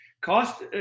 Cost